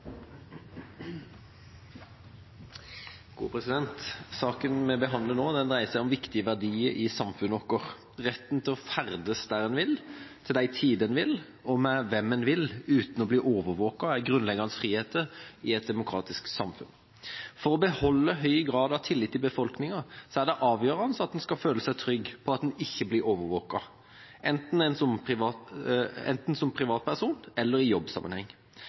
Saken vi behandler nå, dreier seg om viktige verdier i samfunnet vårt. Retten til å ferdes der en vil, til de tider en vil, og med hvem en vil, uten å bli overvåket, er grunnleggende friheter i et demokratisk samfunn. For å beholde høy grad av tillit i befolkninga er det avgjørende at en skal føle seg trygg på at en ikke blir overvåket – enten som privatperson eller i jobbsammenheng.